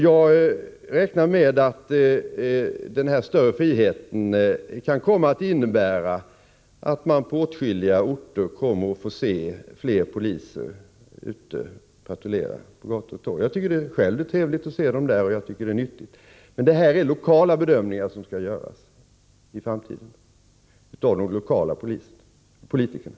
Jag räknar med att den större friheten kan komma att innebära att man på åtskilliga orter kommer att få se fler poliser patrullerande på gator och torg. Jag tycker själv att det är trevligt att se dem där, och jag tycker det är nyttigt. Men detta är något som i framtiden blir föremål för lokala bedömningar av politikerna.